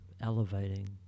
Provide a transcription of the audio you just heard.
elevating